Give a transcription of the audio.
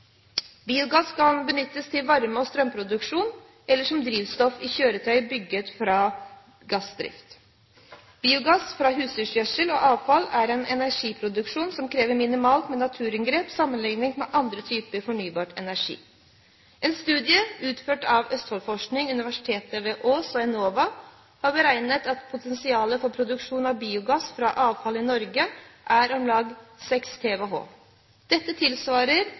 Biogass kan benyttes til varme- og strømproduksjon eller som drivstoff i kjøretøy bygget for gassdrift. Biogass fra husdyrgjødsel og avfall er en energiproduksjon som krever minimalt med naturinngrep sammenlignet med andre typer fornybar energi. En studie utført av Østfoldforskning, universitetet på Ås og Enova har beregnet at potensialet for produksjon av biogass fra avfall i Norge er om lag 6 TWh. Dette tilsvarer